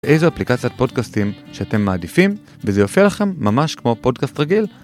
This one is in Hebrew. איזו אפליקציית פודקאסטים שאתם מעדיפים וזה יופיע לכם ממש כמו פודקאסט רגיל